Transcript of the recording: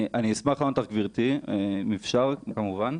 אני אשמח לענות לך גברתי, אם אפשר כמובן.